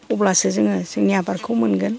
अब्लासो जोङो जोंनि आबादखौ मोनगोन